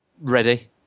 ready